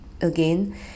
again